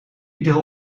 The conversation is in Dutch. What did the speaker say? iedere